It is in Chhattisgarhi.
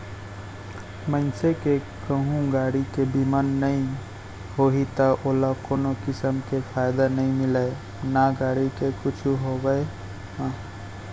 मनसे के कहूँ गाड़ी के बीमा नइ होही त ओला कोनो किसम के फायदा नइ मिलय ना गाड़ी के कुछु होवब म